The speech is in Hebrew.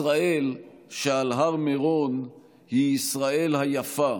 ישראל שעל הר מירון היא ישראל היפה,